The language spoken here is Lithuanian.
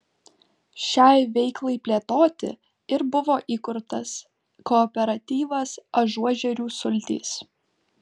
šiai veiklai plėtoti ir buvo įkurtas kooperatyvas ažuožerių sultys